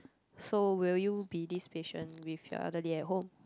so will you be this patient with your elderly at home